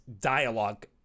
dialogue